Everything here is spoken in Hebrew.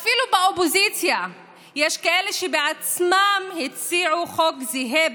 אפילו באופוזיציה יש כאלה שבעצמם הציעו חוק זהה,